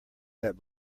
that